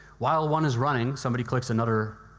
while one is running, somebody clicks another